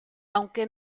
aunque